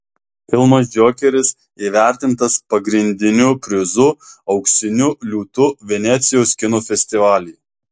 filmas džokeris įvertintas pagrindiniu prizu auksiniu liūtu venecijos kino festivalyje